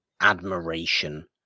admiration